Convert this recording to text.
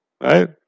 right